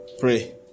pray